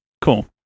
Cool